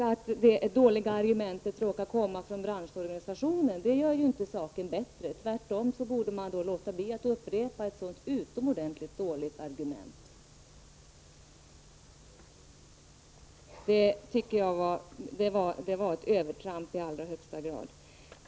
Att det dåliga argumentet råkar komma från branschorganisationen gör ju inte saken bättre. Tvärtom borde man då låta bli att upprepa ett så utomordentligt dåligt argument. Det var i allra högsta grad ett övertramp.